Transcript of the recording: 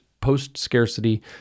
post-scarcity